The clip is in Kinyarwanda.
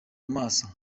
amasomo